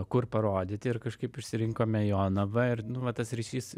kur parodyti ir kažkaip išsirinkome jonavą ir nu va tas ryšys